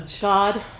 God